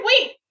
wait